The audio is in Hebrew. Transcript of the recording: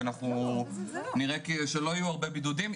כי נראה שלא יהיו הרבה בידודים.